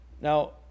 Now